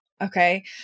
Okay